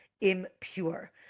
impure